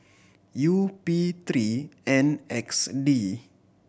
U P three N X D